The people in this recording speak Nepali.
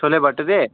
छोले भटुरे